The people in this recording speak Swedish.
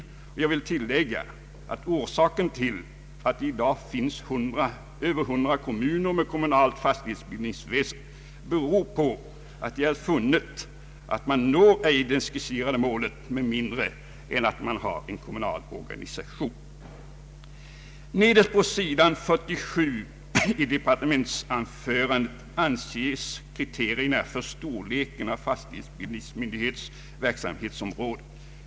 Jag vill emellertid tilllägga att orsaken till att det i dag finns över 100 kommuner med kommunalt fastighetsbildningsväsende är att man funnit att man ej når det skisserade målet med mindre än att man har en kommunal organisation. Nederst på sidan 47 i propositionen anges kriterierna för storleken av fastighetsbildningsmyndighets :verksamhetsområde.